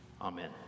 Amen